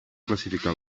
classificar